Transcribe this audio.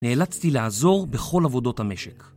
נאלצתי לעזור בכל עבודות המשק.